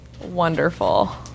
Wonderful